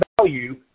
value